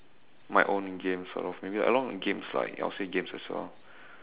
my own game sort of maybe like along games lah I would say games as well